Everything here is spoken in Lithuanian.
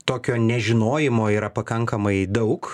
tokio nežinojimo yra pakankamai daug